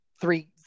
three